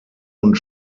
und